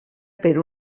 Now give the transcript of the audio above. per